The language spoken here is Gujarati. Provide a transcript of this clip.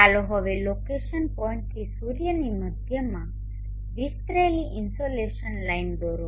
ચાલો હવે લોકેશન પોઇન્ટથી સૂર્યની મધ્યમાં વિસ્તરેલી ઇન્સોલેશન લાઇન દોરો